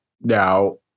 Now